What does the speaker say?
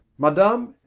madam,